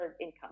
income